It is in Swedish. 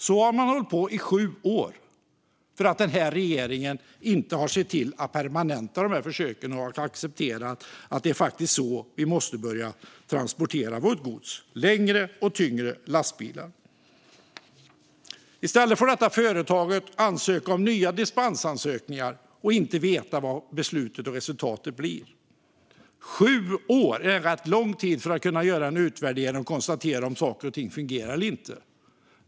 Så har man hållit på i sju år för att den här regeringen inte har sett till att permanenta försöken. Den har inte accepterat att det är så vi faktiskt måste börja transportera vårt gods - på längre och tyngre lastbilar. I stället får det här företaget göra nya dispensansökningar utan att veta vad beslutet och resultatet blir. Sju år är en rätt lång tid för att kunna göra en utvärdering och konstatera om saker och ting fungerar eller inte.